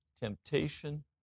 temptation